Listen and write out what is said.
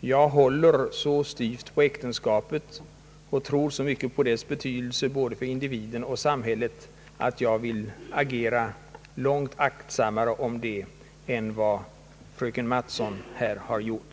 jag håller så styvt på äktenskapet och tror så mycket på dess betydelse både för individen och för samhället, att jag vill agera långt aktsammare i denna fråga än vad fröken Mattson här har gjort.